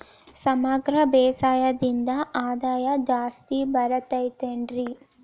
ಸಮಗ್ರ ಬೇಸಾಯದಿಂದ ಆದಾಯ ಜಾಸ್ತಿ ಬರತೈತೇನ್ರಿ?